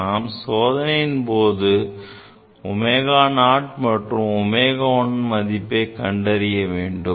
எனவே நாம் சோதனையின் மூலம் ω0 மற்றும் ω1 மதிப்புகளை கண்டறிய வேண்டும்